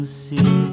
see